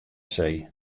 see